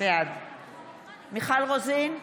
בעד מיכל רוזין,